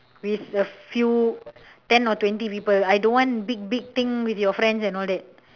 with a few ten or twenty people I don't want big big thing with your friends and all that